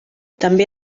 també